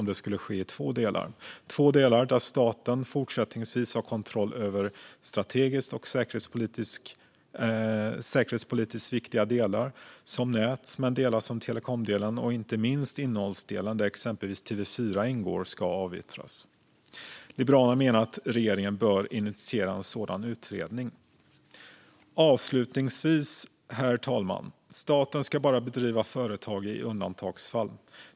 Det skulle vara två delar, där staten fortsättningsvis har kontroll över strategiskt och säkerhetspolitiskt viktiga delar, som nät, men där delar som telekomdelen och inte minst innehållsdelen, där exempelvis TV4 ingår, ska avyttras. Liberalerna menar att regeringen bör initiera en sådan utredning. Avslutningsvis, herr talman: Staten ska bara driva företag i undantagsfall.